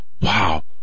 Wow